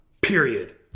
period